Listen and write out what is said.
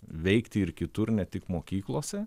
veikti ir kitur ne tik mokyklose